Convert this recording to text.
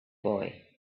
boy